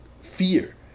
fear